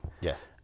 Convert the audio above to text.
yes